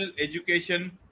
education